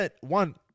one